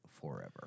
forever